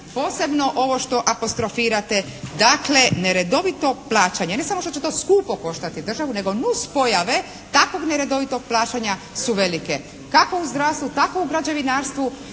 posebno ovo što apostrofirate, dakle neredovito plaćanje. Ne samo što će to skupo koštati državu nego nus pojave takvog neredovitog plaćanja su velike kako u zdravstvu tako u građevinarstvu